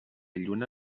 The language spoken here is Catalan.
lluna